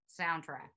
soundtrack